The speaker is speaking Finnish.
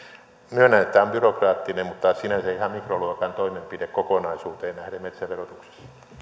myönnän että tämä on byrokraattinen mutta sinänsä ihan mikroluokan toimenpide kokonaisuuteen nähden metsäverotuksessa